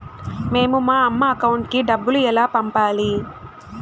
మేము మా అమ్మ అకౌంట్ కి డబ్బులు ఎలా పంపాలి